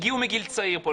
הגיעו מגיל צעיר פה,